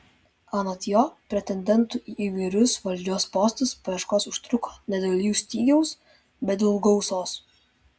anot jo pretendentų į įvairius valdžios postus paieškos užtruko ne dėl jų stygiaus bet dėl gausos